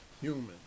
human